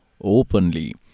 openly